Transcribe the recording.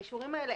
האישורים האלה,